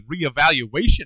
reevaluation